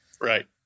Right